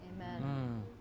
Amen